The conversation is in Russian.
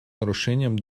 нарушением